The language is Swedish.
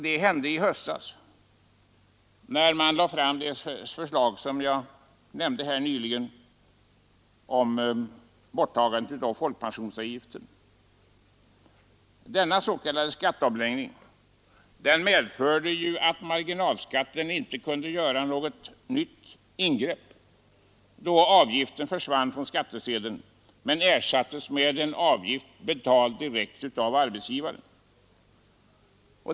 Det hände i höstas när man lade fram det förslag som jag nyss nämnde — om borttagandet av folkpensionsavgiften. Denna s.k. skatteomläggning medförde ju att marginalskatten inte kunde göra något nytt ingrepp, då avgiften försvann från skattsedeln men ersattes med en avgift, betald direkt av arbetsgivaren.